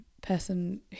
person